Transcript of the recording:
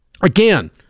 Again